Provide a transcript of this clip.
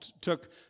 took